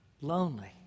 lonely